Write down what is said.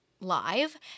live